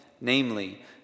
namely